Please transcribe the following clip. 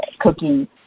cooking